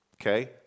okay